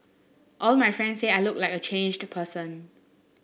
all my friend say I look like a changed person